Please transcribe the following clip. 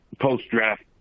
post-draft